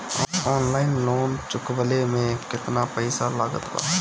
Online loan चुकवले मे केतना पईसा लागत बा?